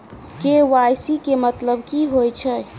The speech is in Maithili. के.वाई.सी केँ मतलब की होइ छै?